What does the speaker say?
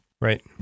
Right